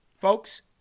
Folks